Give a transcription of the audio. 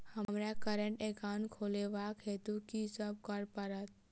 हमरा current account खोलेवाक हेतु की सब करऽ पड़त?